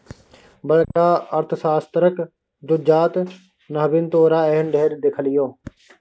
बड़का अर्थशास्त्रक ज्ञाता नहि बन तोरा एहन ढेर देखलियौ